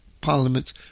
parliament